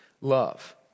love